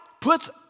puts